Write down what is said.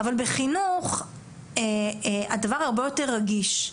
אבל בחינוך הדבר הרבה יותר רגיש.